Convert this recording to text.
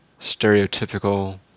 stereotypical